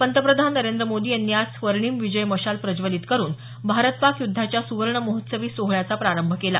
पंतप्रधान नरेंद्र मोदी यांनी आज स्वर्णिम विजय मशाल प्रज्वलित करून भारत पाक युद्धाच्या सुवर्ण महोत्सवी सोहळ्याचा प्रारंभ केला